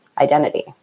identity